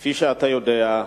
כפי שאתה יודע,